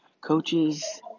Coaches